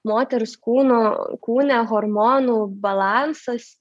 moters kūno kūne hormonų balansas